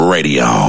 Radio